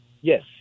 Yes